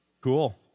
cool